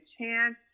chance